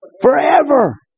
forever